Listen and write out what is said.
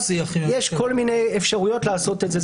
יש כל מיני אפשרויות לעשות את זה.